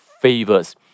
favors